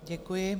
Děkuji.